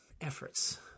efforts